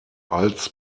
als